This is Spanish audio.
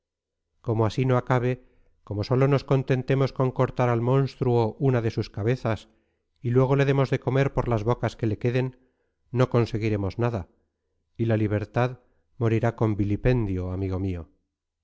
como así no se acabe como sólo nos contentemos con cortar al monstruo una de sus cabezas y luego le demos de comer por las bocas que le queden no conseguiremos nada y la libertad morirá con vilipendio amigo mío